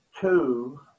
two